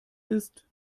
ist